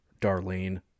Darlene